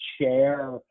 share